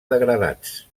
degradats